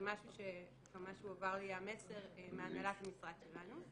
זה משהו שממש הועבר לי המסר מהנהלת המשרד שלנו.